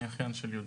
אני אחיין של יהודה.